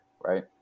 right